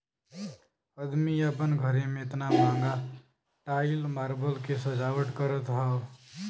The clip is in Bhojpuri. अदमी आपन घरे मे एतना महंगा टाइल मार्बल के सजावट करत हौ